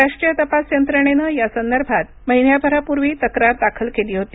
राष्ट्रीय तपास यंत्रणेने यासंदर्भात महिन्याभरापूर्वी तक्रार दाखल केली होती